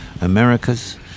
americas